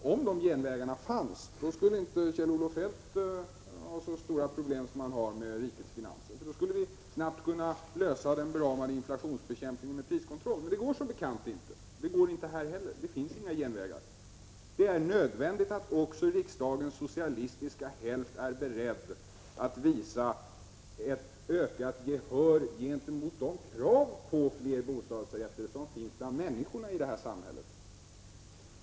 Om genvägarna fanns skulle inte Kjell-Olof Feldt ha så stora problem som han nu har med rikets finanser, och då skulle den beramade inflationsbekämpningen snabbt kunna klaras med priskontroll. Det går som bekant inte — inte heller i detta fall. Det är nödvändigt att också riksdagens socialistiska hälft är beredd att visa ett ökat gehör för de krav på fler bostadsrätter som ställs av människorna i detta samhälle.